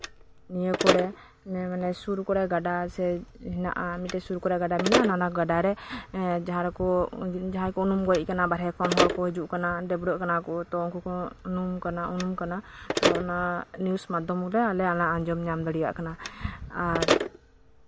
ᱱᱤᱭᱟᱹ ᱠᱚᱨᱮ ᱥᱩᱨ ᱠᱚᱨᱮ ᱜᱟᱰᱟ ᱦᱮᱱᱟᱜᱼᱟ ᱢᱤᱫᱴᱮᱡ ᱥᱩᱨ ᱠᱚᱨᱮ ᱜᱟᱰᱟ ᱢᱮᱱᱟᱜᱼᱟ ᱚᱱᱟ ᱜᱟᱰᱟ ᱨᱮ ᱡᱟᱦᱟᱸᱭ ᱠᱚ ᱩᱱᱩᱢ ᱜᱚᱡ ᱟᱠᱟᱱᱟ ᱵᱟᱦᱮᱨ ᱠᱷᱚᱱ ᱦᱚᱲ ᱠᱚ ᱦᱤᱡᱩᱜ ᱠᱟᱱᱟ ᱰᱟᱹᱵᱨᱟᱹᱜ ᱠᱟᱱᱟ ᱠᱚ ᱛᱚ ᱩᱱᱠᱩ ᱦᱚᱸ ᱱᱚᱝᱠᱟ ᱩᱱᱩᱢ ᱠᱟᱱᱟ ᱛᱚ ᱚᱱᱟ ᱱᱤᱭᱩᱡ ᱢᱟᱫᱽᱫᱷᱚᱢ ᱨᱮ ᱟᱞᱮ ᱚᱱᱟ ᱞᱮ ᱟᱸᱡᱚᱢ ᱫᱟᱲᱮᱣᱟᱜ ᱠᱟᱱᱟ ᱟᱨ